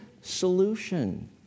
solution